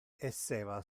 esseva